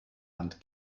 hand